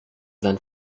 san